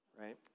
right